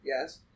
Yes